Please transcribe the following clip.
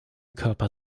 körper